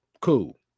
cool